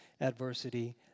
adversity